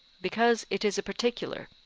because it is a particular,